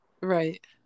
Right